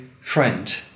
friend